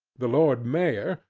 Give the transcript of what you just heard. the lord mayor,